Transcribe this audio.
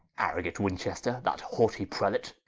arrogant winchester, that haughtie prelate,